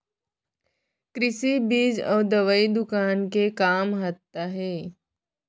कृषि बीज अउ दवई दुकान के का महत्ता हे?